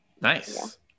Nice